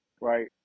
right